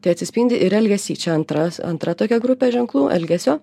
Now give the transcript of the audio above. tai atsispindi ir elgesy čia antras antra tokia grupė ženklų elgesio